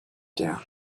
down